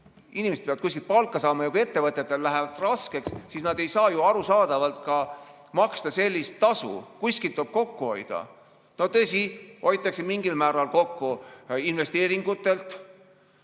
Inimesed peavad kuskilt palka saama ja kui ettevõtjatel läheb raskeks, siis nad ei saa ju arusaadavalt sellist tasu maksta. Kuskilt tuleb kokku hoida. Tõsi, hoitakse mingil määral kokku investeeringutelt,